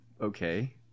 Okay